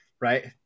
right